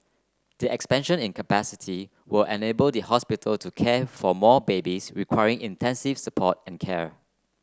the expansion in capacity will enable the hospital to care for more babies requiring intensive support and care